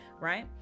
right